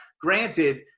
granted